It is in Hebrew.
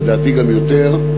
לדעתי גם יותר,